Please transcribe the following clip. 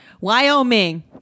wyoming